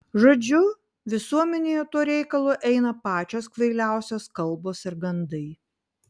žodžiu visuomenėje tuo reikalu eina pačios kvailiausios kalbos ir gandai